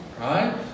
right